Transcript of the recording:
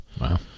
Wow